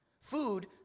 Food